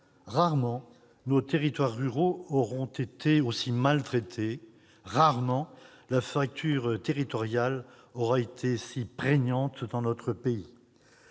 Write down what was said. rarement nos territoires ruraux auront été aussi mal traités, rarement la fracture territoriale aura été si prégnante dans notre pays.